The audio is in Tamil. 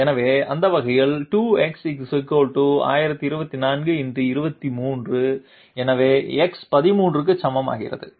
எனவே அந்த வகையில் 2x 1024 × 23 எனவே x 13 க்கு சமமாகிறது